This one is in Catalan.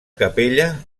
capella